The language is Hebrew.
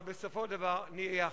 רק בסופו של דבר, נהיה יחד.